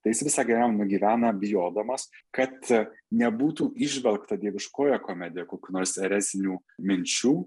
tai jis visą gyvenimą gyveno bijodamas kad nebūtų įžvelgta dieviškojoje komedijoje kokių nors erezinių minčių